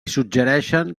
suggereixen